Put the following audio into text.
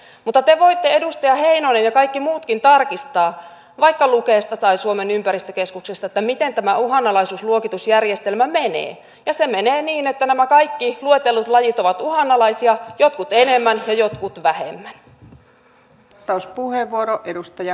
mutta te voitte edustaja heinonen ja kaikki muutkin tarkistaa vaikka lukesta tai suomen ympäristökeskuksesta miten tämä uhanalaisuusluokitusjärjestelmä menee ja se menee niin että nämä kaikki luetellut lajit ovat uhanalaisia jotkut enemmän ja jotkut vähemmän